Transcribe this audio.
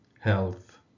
health